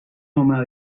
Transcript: home